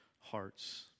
hearts